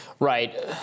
Right